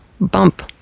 bump